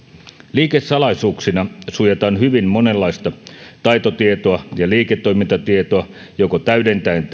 liikesalaisuuksina suojataan hyvin monenlaista taitotietoa ja liiketoimintatietoa joko täydentäen